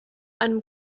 einem